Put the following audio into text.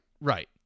Right